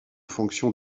fonction